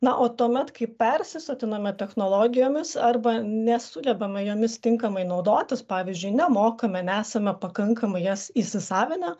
na o tuomet kai persisotinome technologijomis arba nesugebame jomis tinkamai naudotis pavyzdžiui nemokame nesame pakankamai jas įsisavinę